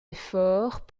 efforts